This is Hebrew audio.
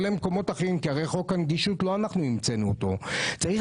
לגורמים אחרים הרי את חוק הנגישות לא אנחנו המצאנו הוא צריך